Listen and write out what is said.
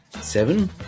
seven